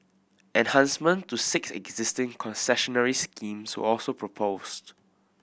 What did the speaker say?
enhancement to six existing concessionary schemes were also proposed